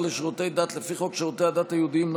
לשירותי דת לפי חוק שירותי הדת היהודיים ,